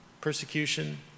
persecution